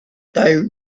they